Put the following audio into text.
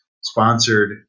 sponsored